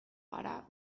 gara